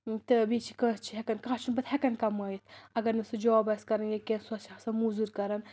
تہٕ بیٚیہِ چھ کٲنٛسہِ چھ ہٮ۪کان کانہہ چھُنہٕ ہیٚکان کمٲوِتھ اگر نہٕ سُہ جاب آسہِ کران یا کینٛہہ سُہ آسہِ آسان موٚزوٗرۍ کران